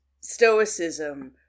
stoicism